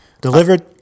Delivered